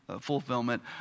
fulfillment